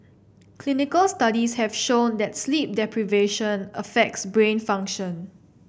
clinical studies have shown that sleep deprivation affects brain function